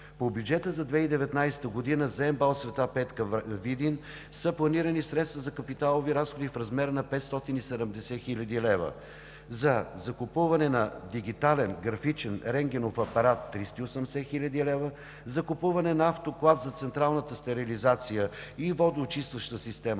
По бюджета за 2019 г. за МБАЛ „Света Петка“ – Видин, са планирани средства за капиталови разходи в размер на 570 хил. лв., за: закупуване на дигитален графичен рентгенов апарат – 380 хил. лв.; закупуване на автоклав за централната стерилизация и водноочистваща система